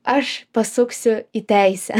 aš pasuksiu į teisę